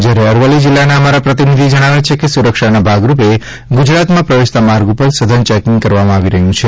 અમારા અરવલ્લી જિલ્લાના પ્રતિનિધિ જણાવે છે કે સુરક્ષાના ભાગરૂપે ગુજરાતમાં પ્રવેશતા માર્ગ ઉપર સઘન ચેકીંગ કરવામાં આવી રહ્યું છે